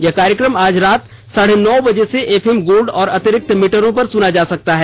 यह कार्यक्रम आज रात साढे नौ बजे से एफ एम गोल्डा और अतिरिक्त मीटरों पर सुना जा सकता है